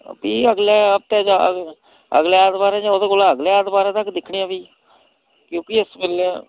भी अगले हफ्ते जां अग अगले ऐतबारें जां ओह्दे कोला अगले ऐतबारें तक्कर दिक्खने आं भी क्योंकि इस बेल्लै